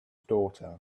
daughter